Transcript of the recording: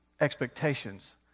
expectations